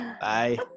Bye